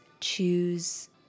choose